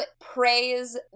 praise